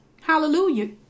Hallelujah